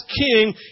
king